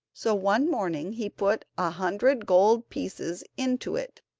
so, one morning, he put a hundred gold pieces into it,